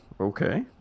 okay